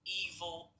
evil